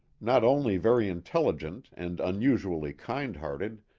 not only very intelligent and unusually kind-hearted,